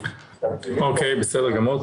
בסדר גמור.